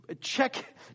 check